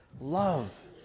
love